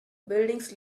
buildings